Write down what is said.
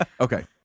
Okay